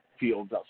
Fields